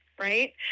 right